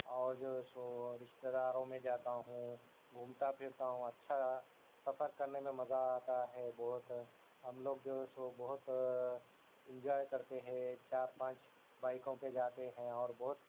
اور جو ہے سو رشتےداروں میں جاتا ہوں گھومتا پھرتا ہوں اچھا سفر کرنے میں مزہ آتا ہے بہت ہم لوگ جو سو بہت انجوائے کرتے ہیں چار پانچ بائکوں پہ جاتے ہیں اور بہت